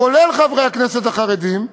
כולל חברי הכנסת החרדים,